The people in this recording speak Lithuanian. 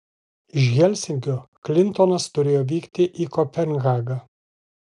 iš helsinkio klintonas turėjo vykti į kopenhagą